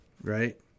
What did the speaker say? right